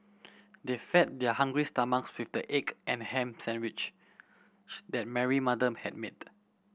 they fed their hungry stomach with the egg and ham sandwiches that Mary mother had made